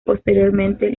posteriormente